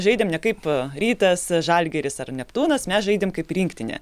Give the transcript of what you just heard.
žaidėme ne kaip rytas žalgiris ar neptūnas mes žaidėme kaip rinktinė